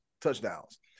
Touchdowns